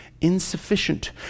insufficient